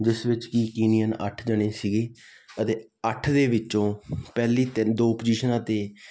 ਜਿਸ ਵਿੱਚ ਕੀ ਕੀਨੀਅਨ ਅੱਠ ਜਣੇ ਸੀਗੇ ਅਤੇ ਅੱਠ ਦੇ ਵਿੱਚੋਂ ਪਹਿਲੀ ਤਿੰਨ ਦੋ ਪੁਜੀਸ਼ਨਾਂ 'ਤੇ